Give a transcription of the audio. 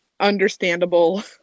Understandable